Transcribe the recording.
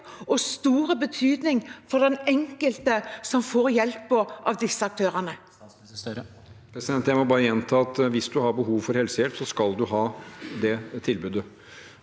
av stor betydning for den enkelte som får hjelp av disse aktørene.